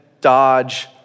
dodge